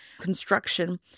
construction